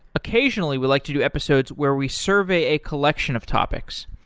occasionally, we like to do episodes where we survey a collection of topics.